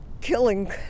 killing